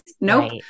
nope